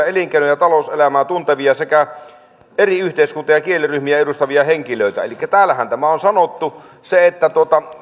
elinkeino ja talouselämää tuntevia sekä eri yhteiskunta ja kieliryhmiä edustavia henkilöitä elikkä täällähän tämä on sanottu